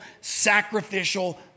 sacrificial